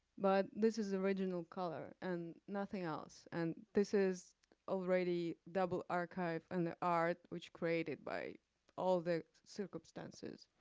but this is original color and nothing else. and this is already double archived and the art, which created by all the circumstances.